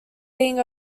being